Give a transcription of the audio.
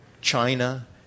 China